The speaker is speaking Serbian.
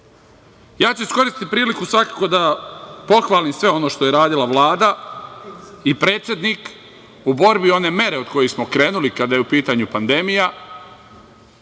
Srbiju. Iskoristiću priliku svakako da pohvalim sve ono što je radila Vlada i predsednik u borbi, one mere od kojih smo krenuli kada je u pitanju pandemija,